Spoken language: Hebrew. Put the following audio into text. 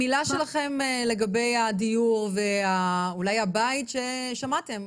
מילה שלכם לגבי כל עניין הדיור ואולי הבית ששמעתם,